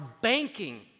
banking